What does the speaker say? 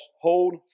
hold